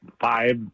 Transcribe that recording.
Five